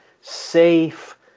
safe